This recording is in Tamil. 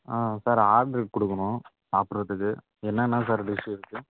ஆ சார் ஆர்ட்ரு கொடுக்குணும் சாப்பிடறதுக்கு என்னென்னா சார் டிஷ் இருக்கு